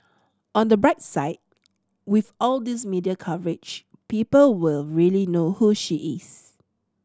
on the bright side with all these media coverage people will really know who she is